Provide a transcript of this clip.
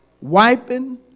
wiping